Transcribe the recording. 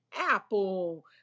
apple